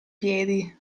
piedi